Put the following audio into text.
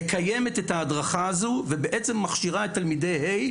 מקיימת את ההדרכה הזו, ובעצם מכשירה את תלמידי ה'